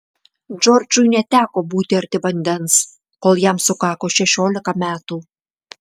džordžui neteko būti arti vandens kol jam sukako šešiolika metų